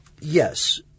yes